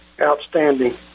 Outstanding